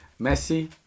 Messi